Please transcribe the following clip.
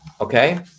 okay